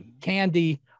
candy